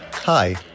Hi